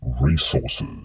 resources